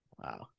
Wow